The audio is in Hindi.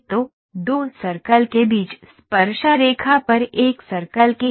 तो 2 सर्कल के बीच स्पर्शरेखा पर एक सर्कल के लिए